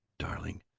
darling,